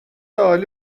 عالی